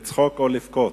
אם לצחוק או לבכות,